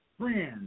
friends